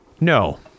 No